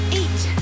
eight